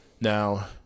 Now